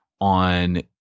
on